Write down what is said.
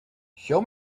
show